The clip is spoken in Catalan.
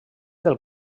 del